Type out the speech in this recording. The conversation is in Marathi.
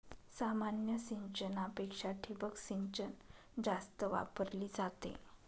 सामान्य सिंचनापेक्षा ठिबक सिंचन जास्त वापरली जाते